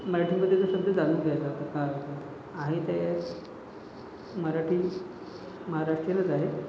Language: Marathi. मराठीमधील शब्द जाणून घायचा होता काय होता आहे ते मराठी महाराष्ट्रीयनच आहेत